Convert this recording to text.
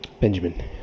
Benjamin